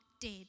dead